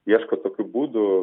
ieško tokių būdų